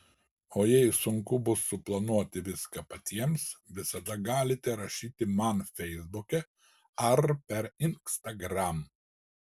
o jei sunku bus suplanuoti viską patiems visada galite rašyti man feisbuke ar per instagram